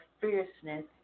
fierceness